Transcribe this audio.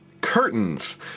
Curtains